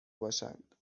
باشند